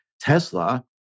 Tesla